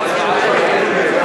אין,